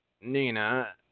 Nina